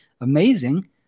Amazing